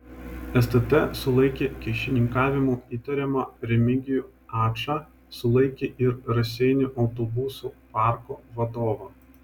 stt sulaikė kyšininkavimu įtariamą remigijų ačą sulaikė ir raseinių autobusų parko vadovą